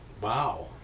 Wow